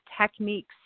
techniques